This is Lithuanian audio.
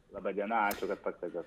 laba diena ačiū kad pakvietėt